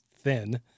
thin